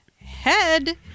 head